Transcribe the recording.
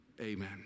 amen